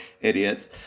idiots